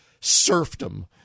serfdom